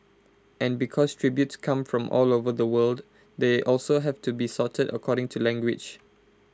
and because tributes come from all over the world they also have to be sorted according to language